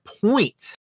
point